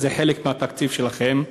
וזה חלק מהתקציב שלכם.